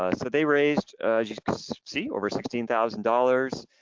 ah so they raised you see over sixteen thousand dollars,